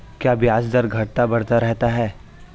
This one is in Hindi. क्या ब्याज दर घटता बढ़ता रहता है?